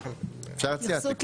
אפשר להציע תיקון חקיקה.